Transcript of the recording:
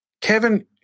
Kevin